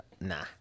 nah